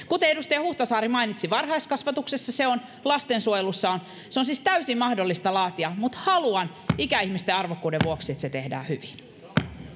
kuten edustaja huhtasaari mainitsi varhaiskasvatuksessa se on lastensuojelussa se on se on siis täysin mahdollista laatia mutta haluan ikäihmisten arvokkuuden vuoksi että se tehdään hyvin